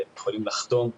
כהשלמה לעבודה שציינה קרן.